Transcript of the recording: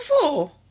four